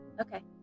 Okay